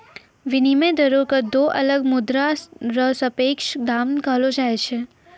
विनिमय दरो क दो अलग मुद्रा र सापेक्ष दाम कहलो जाय छै